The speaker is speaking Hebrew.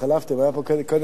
התחלפתם, קודם היה פה וקנין,